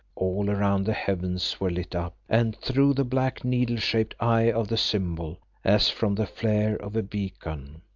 all around the heavens were lit up, and, through the black needle-shaped eye of the symbol, as from the flare of a beacon,